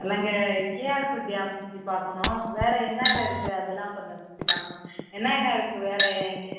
நாங்கள் டேம் சுத்தி பார்க்குணும் வேற என்னென்னா இருக்குது அதெல்லாம் கொஞ்சம் சுத்தி பார்க்குணும் என்னென்னா இருக்குது வேற இங்கே